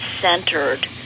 centered